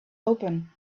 open